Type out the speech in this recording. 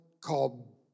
called